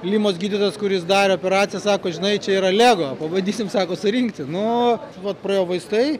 limos gydytojas kuris darė operaciją sako žinai čia yra lego pabandysim sako surinkti nu vat praėjo vaistai